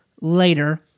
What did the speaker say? later